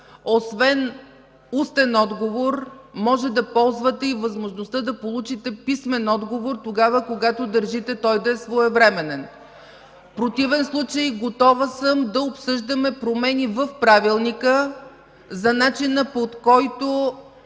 освен устен отговор може да ползвате възможността да получите писмен отговор, когато държите той да е своевременен. В противен случай – готова съм да обсъждаме промени в Правилника за начина, по който